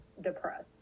depressed